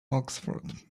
oxford